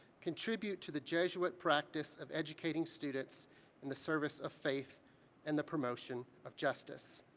contribute to the jesuit practice of educating students in the service of faith and the promotion of justice.